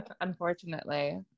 Unfortunately